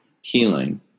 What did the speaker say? healing